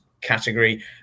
category